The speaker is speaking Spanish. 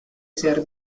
ser